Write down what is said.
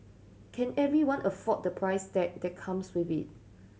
can everyone afford the price tag that comes with it